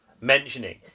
mentioning